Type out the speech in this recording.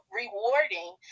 rewarding